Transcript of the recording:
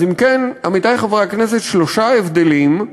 אז אם כן, עמיתי חברי הכנסת, שלושה הבדלים,